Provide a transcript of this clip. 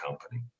company